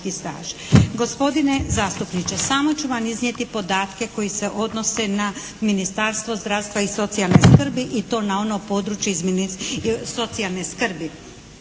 Gospodine zastupniče! Samo ću vam iznijeti podatke koji se odnose na Ministarstvo zdravstva i socijalne skrbi i to na ono područje iz socijalne skrbi.